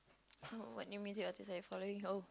um what new music or artists are you following oh